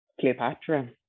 Cleopatra